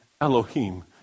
Elohim